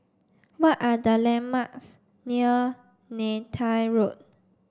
what are the landmarks near Neythal Road